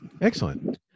Excellent